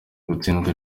gutsindwa